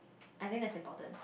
I think that's important